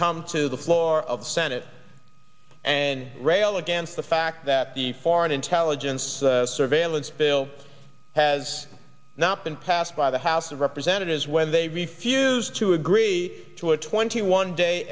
come to the floor of the senate and rail against the fact that the foreign intelligence surveillance bill has not been passed by the house of representatives when they refuse to agree to a twenty one day